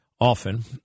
often